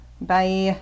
Bye